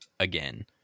Again